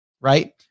right